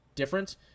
different